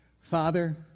Father